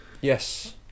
Yes